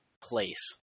place